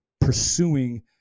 pursuing